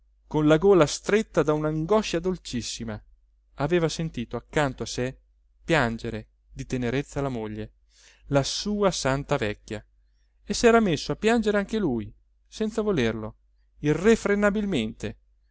con la gola stretta da un'angoscia dolcissima aveva sentita accanto a sé piangere di tenerezza la moglie la sua santa vecchia e s'era messo a piangere anche lui senza volerlo